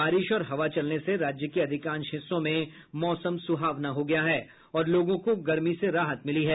बारिश और हवा चलने से राज्य के अधिकांश हिस्सों में मौसम सुहावना हो गया है और लोगों को गर्मी से राहत मिली है